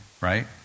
right